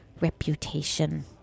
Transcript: reputation